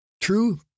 True